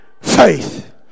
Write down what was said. faith